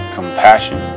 compassion